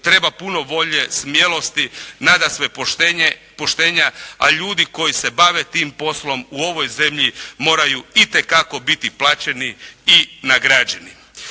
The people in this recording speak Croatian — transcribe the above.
treba puno volje, smjelosti, nadasve poštenja, a ljudi koji se bave tim poslom u ovoj zemlji moraju itekako biti plaćeni i nagrađeni.